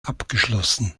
abgeschlossen